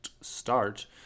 start